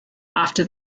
after